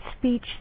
speech